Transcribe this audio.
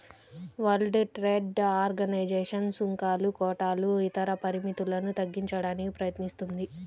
world trade organization సుంకాలు, కోటాలు ఇతర పరిమితులను తగ్గించడానికి ప్రయత్నిస్తుంది